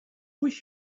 wish